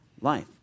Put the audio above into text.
life